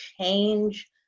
change